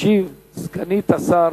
תשיב סגנית השר